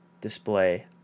display